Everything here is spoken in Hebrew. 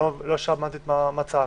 מבחינת הממשלה,